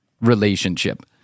relationship